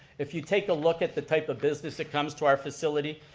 if you take a look at the type of business that comes to our facility,